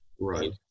Right